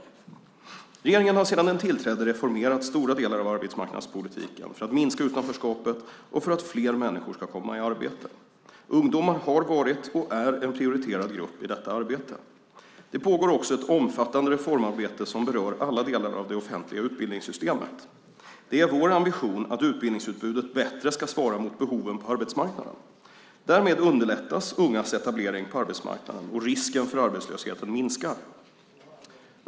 Regeringen har sedan den tillträdde reformerat stora delar av arbetsmarknadspolitiken för att minska utanförskapet och för att fler människor ska komma i arbete. Ungdomar har varit och är en prioriterad grupp i detta arbete. Det pågår också ett omfattande reformarbete som berör alla delar av det offentliga utbildningssystemet. Det är vår ambition att utbildningsutbudet bättre ska svara mot behoven på arbetsmarknaden. Därmed underlättas ungas etablering på arbetsmarknaden och risken för arbetslöshet minskar.